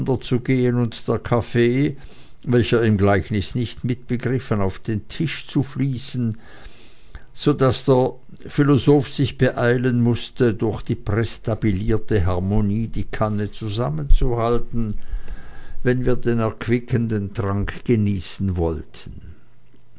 und der kaffee welcher im gleichnis nicht mitbegriffen auf den tisch zu fließen so daß der philosoph sich beeilen mußte durch die prästabilierte harmonie die kanne zusammenzuhalten wenn wir den erquickenden trank genießen wollten